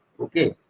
okay